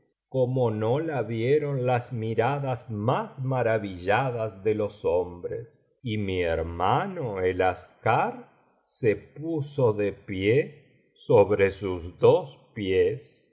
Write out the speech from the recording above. como no la vieron las miradas más maravilladas ele los hombres y mi hermano el aschar se puso de pie sobre sus dos pies